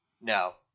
no